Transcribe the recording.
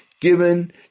given